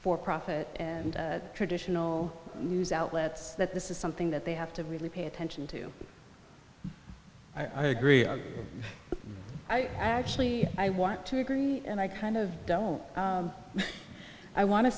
for profit and traditional news outlets that this is something that they have to really pay attention to i agree i actually i want to agree and i kind of don't i wan